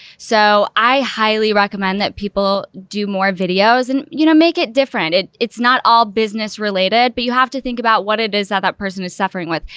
so i highly recommend that people do more videos and you know, make it different. it, it's not all business related, but you have to think about what it is ah that that person is suffering with.